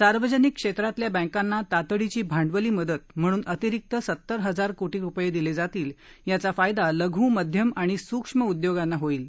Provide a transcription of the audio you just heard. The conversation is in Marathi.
सार्वजनिक क्षेत्रातल्या बँकांना तातडीची भांडवली मदत म्हणून अतिरिक्त सतर हजार कोटी रुपये दिले जातील याचा फायदा लघू मध्यम आणि सुक्ष्म उद्योगांना होईल